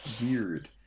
Weird